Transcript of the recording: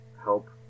help